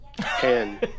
Ten